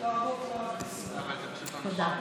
תודה.